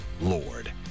Lord